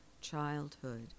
childhood